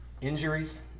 injuries